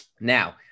Now